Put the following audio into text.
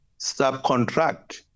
subcontract